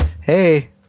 Hey